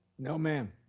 no ma'am.